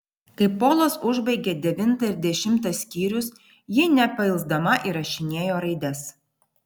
kai polas užbaigė devintą ir dešimtą skyrius ji nepailsdama įrašinėjo raides